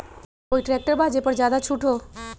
कोइ ट्रैक्टर बा जे पर ज्यादा छूट हो?